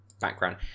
background